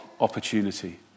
opportunity